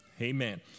Amen